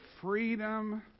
freedom